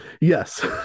Yes